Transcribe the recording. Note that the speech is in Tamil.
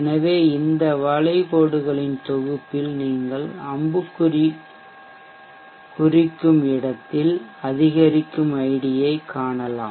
எனவே இந்த வளைகோடுகளின் தொகுப்பில் நீங்கள் அம்புக்குறி குறிக்கும் இடத்தில் அதிகரிக்கும் ஐடி ஐ காணலாம்